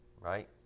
right